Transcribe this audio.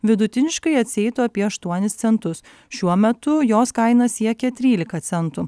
vidutiniškai atsieitų apie aštuonis centus šiuo metu jos kaina siekia trylika centų